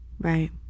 Right